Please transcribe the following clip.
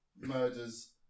murders